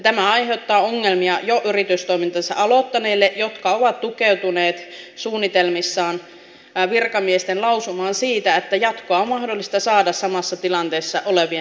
tämä aiheuttaa ongelmia jo yritystoimintansa aloittaneille jotka ovat tukeutuneet suunnitelmissaan virkamiesten lausumaan siitä että jatkoa on mahdollista saada samassa tilanteessa olevien tavoin